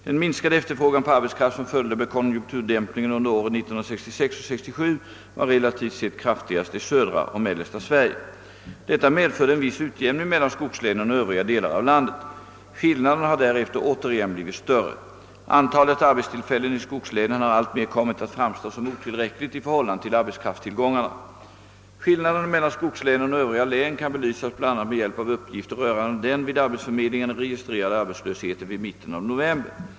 Den minskade efterfrågan på arbetskraft som följde med konjunkturdämpningen under åren 1966 och 1967 var relativt sett kraftigast i södra och mellersta Sverige. Detta medförde en viss utjämning mellan skogslänen och övriga delar av landet. Skillnaderna har därefter återigen blivit större. Antalet arbetstillfällen i skogslänen har alltmer kommit att framstå som otillräckligt i förhållande till arbetskraftstillgångarna. Skillnaderna mellan skogslänen och övriga län kan belysas bl.a. med hjälp av uppgifter rörande den vid arbetsförmedlingarna registrerade arbetslösheten vid mitten av november.